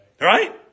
Right